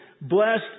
blessed